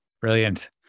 Brilliant